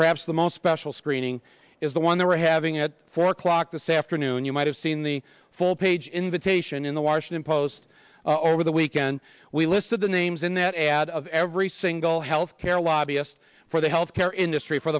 perhaps the most special screening is the one that we're having at four o'clock this afternoon you might have seen the full page invitation in the washington post over the weekend we listed the names in that ad of every single healthcare lobbyist for the health care industry for